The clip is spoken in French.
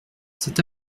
cet